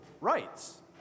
rights